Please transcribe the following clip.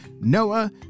Noah